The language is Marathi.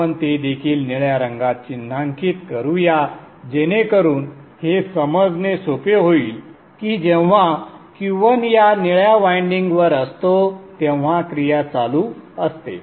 आपण ते देखील निळ्या रंगात चिन्हांकित करू या जेणेकरून हे समजणे सोपे होईल की जेव्हा Q1 या निळ्या वायंडिंग वर असतो तेव्हा क्रिया चालू असते